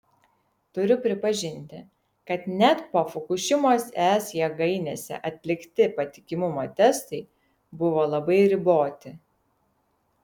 turiu pripažinti kad net po fukušimos es jėgainėse atlikti patikimumo testai buvo labai riboti